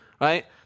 right